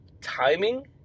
Timing